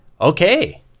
Okay